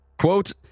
Quote